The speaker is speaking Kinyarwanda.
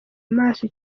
amaso